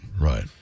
Right